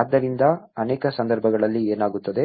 ಆದ್ದರಿಂದ ಅನೇಕ ಸಂದರ್ಭಗಳಲ್ಲಿ ಏನಾಗುತ್ತದೆ